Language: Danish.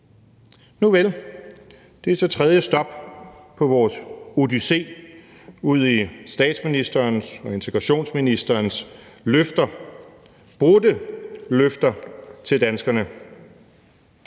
Nuvel, det er så tredje stop på vores odyssé udi statsministerens og integrationsministerens løfter – brudte løfter – til danskerne.